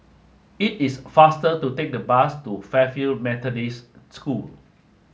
it is faster to take the bus to Fairfield Methodist School